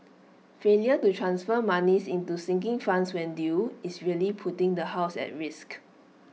failure to transfer monies to sinking funds when due is really putting the house at risk